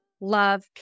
love